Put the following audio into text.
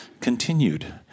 continued